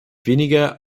weniger